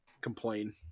complain